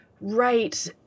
right